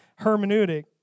hermeneutic